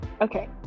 Okay